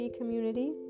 community